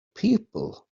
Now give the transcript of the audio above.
people